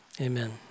amen